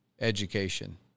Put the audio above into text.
education